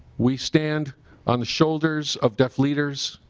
we stand on the shoulders of deaf leaders